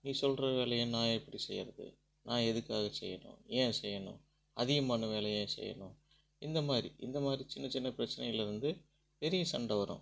நீ சொல்லுற வேலையை நான் எப்படி செய்யறது நான் எதற்காக செய்யணும் ஏன் செய்யணும் அதிகமான வேலையை ஏன் செய்யணும் இந்த மாரி இந்த மாரி சின்ன சின்ன பிரச்சனைலருந்து பெரிய சண்டை வரும்